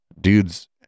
Dude's